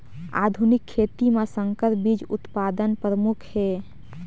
आधुनिक खेती म संकर बीज उत्पादन प्रमुख हे